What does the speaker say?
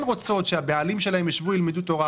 רוצות שהבעלים שלהן ישבו וילמדו תורה.